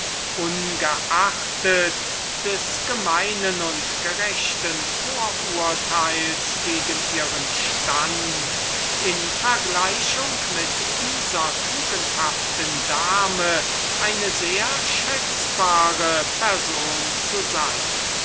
ungeachtet des gemeinen und gerechten vorurteils gegen ihren stand in vergleichung mit dieser tugendhaften dame eine sehr schätzbare person zu sein